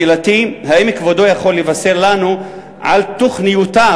שאלתי היא, האם כבודו יכול לבשר לנו על תוכניותיו?